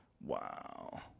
Wow